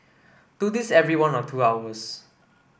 do this every one or two hours